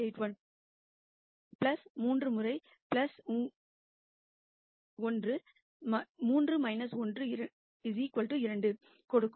81 3 முறை 1 உங்களுக்கு 3 1 2 கொடுக்கும்